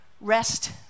rest